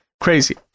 crazy